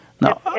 Now